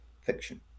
fiction